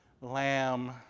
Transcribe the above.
lamb